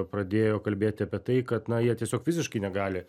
pradėjo kalbėti apie tai kad na jie tiesiog visiškai negali